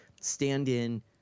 stand-in